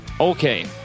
Okay